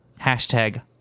hashtag